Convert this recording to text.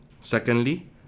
Secondly